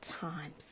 times